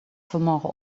vanmorgen